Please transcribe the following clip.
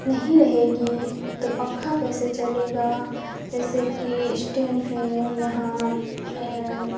نہیں رہے گی تو پنکھا کیسے چلے گا جیسے کہ اسٹینڈ فین یہاں